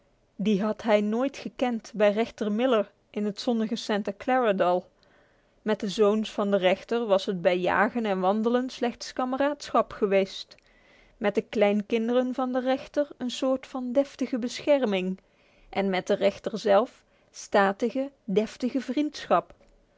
die had hij nooit gekend bij rechter miller in het zonnige santa clara dal met de zoons van den rechter was het bij jagen en wandelen slechts kameraadschap geweest met de kleinkinderen van den rechter een soort van deftige bescherming en met den rechter zelf statige deftige vriendschap